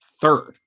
third